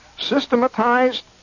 systematized